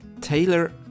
Taylor